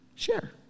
Share